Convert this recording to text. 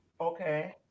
Okay